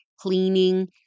cleaning